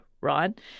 right